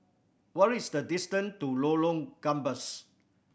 what is the distant to Lorong Gambas